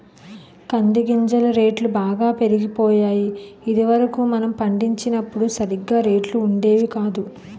కంది గింజల రేట్లు బాగా పెరిగిపోయాయి ఇది వరకు మనం పండించినప్పుడు సరిగా రేట్లు ఉండేవి కాదు